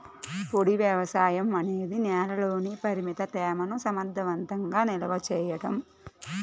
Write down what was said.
పొడి వ్యవసాయం అనేది నేలలోని పరిమిత తేమను సమర్థవంతంగా నిల్వ చేయడం